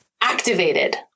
activated